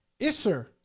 Isser